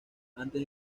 antes